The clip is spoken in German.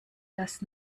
das